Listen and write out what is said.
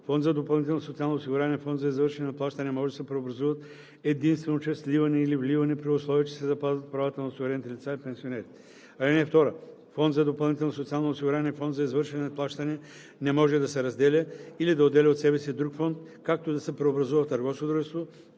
Фонд за допълнително социално осигуряване и фонд за извършване на плащания може да се преобразуват единствено чрез сливане или вливане, при условие че се запазват правата на осигурените лица и пенсионерите. (2) Фонд за допълнително социално осигуряване и фонд за извършване на плащания не може да се разделя или да отделя от себе си друг фонд, както и да се преобразува в търговско дружество,